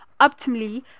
optimally